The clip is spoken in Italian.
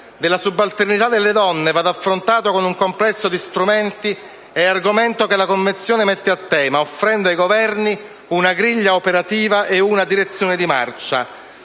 della subalternità delle donne vada affrontato con un complesso di strumenti è argomento che la Convezione mette a tema offrendo ai Governi una griglia operativa e una direzione di marcia;